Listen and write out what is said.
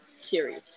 series